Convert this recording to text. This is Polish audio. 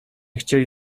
chcieli